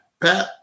Pat